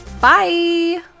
Bye